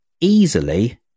easily